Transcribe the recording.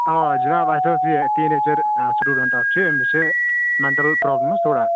آ جِناب اسہِ اوس یہ ٹیٖنیجر سِٹوڈنٹ اکھ چھِ أمِس چھُ مینٹل پرابلِم حَظ تھوڑا